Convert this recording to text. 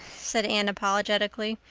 said anne apologetically,